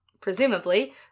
presumably